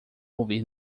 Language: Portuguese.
ouvir